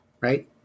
right